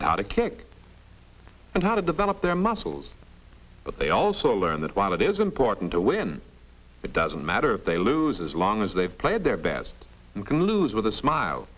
and how to kick and how to develop their muscles but they also learn that while it is important to win it doesn't matter if they lose as long as they've played their best you can lose with a smile